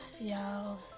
Y'all